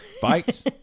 fights